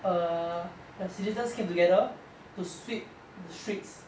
err the citizens came together to sweep the streets